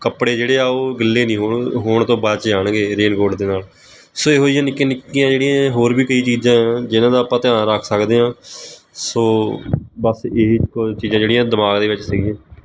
ਕੱਪੜੇ ਜਿਹੜੇ ਆ ਉਹ ਗਿੱਲੇ ਨਹੀਂ ਹੋਣ ਹੋਣ ਤੋਂ ਬਚ ਜਾਣਗੇ ਰੇਨਕੋਟ ਦੇ ਨਾਲ ਸੋ ਇਹੋ ਜਿਹੀਆਂ ਨਿੱਕੀਆਂ ਨਿੱਕੀਆਂ ਜਿਹੜੀਆਂ ਹੋਰ ਵੀ ਕਈ ਚੀਜ਼ਾਂ ਜਿਹਨਾਂ ਦਾ ਆਪਾਂ ਧਿਆਨ ਰੱਖ ਸਕਦੇ ਹਾਂ ਸੋ ਬਸ ਇਹ ਕੁਝ ਚੀਜ਼ਾਂ ਜਿਹੜੀਆਂ ਦਿਮਾਗ ਦੇ ਵਿੱਚ ਸੀਗੀਆਂ